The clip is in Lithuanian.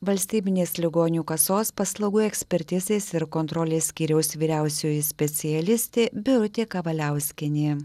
valstybinės ligonių kasos paslaugų ekspertizės ir kontrolės skyriaus vyriausioji specialistė birutė kavaliauskienė